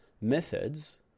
methods